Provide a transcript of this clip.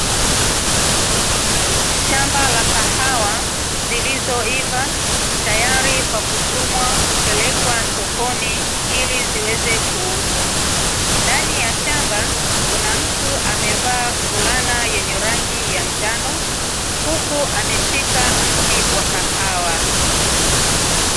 Shamba la kahawa zilizoiva tayari kwa kuchumwa kupelekwa sokoni ili ziweze kuuzwa. Ndani ya shamba, kuna mtu amevaa fulana yenye rangi ya njano, huku ameshika mti wa kahawa.